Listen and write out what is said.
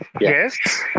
Yes